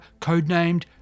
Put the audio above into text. codenamed